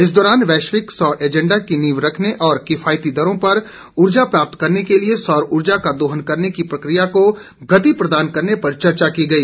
इस दौरान वैश्विक सौर एजेंडा की नीव रखने और किफायती दरों पर उर्जा प्राप्त करने के लिए सौर उर्जा का दोहन करने की प्रक्रिया को गति प्रदान करने पर चर्चा की गई